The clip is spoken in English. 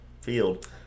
field